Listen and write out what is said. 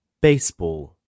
Baseball